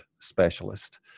specialist